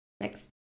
next